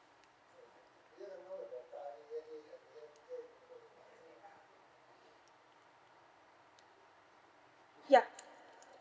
ya